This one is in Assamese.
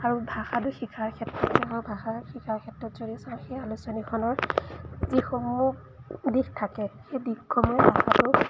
আৰু ভাষাটো শিকাৰ ক্ষেত্ৰত আৰু ভাষাৰ শিকাৰ ক্ষেত্ৰত যদি চাওঁ সেই আলোচনীখনৰ যিসমূহ দিশ থাকে সেই দিশসমূহে ভাষাটো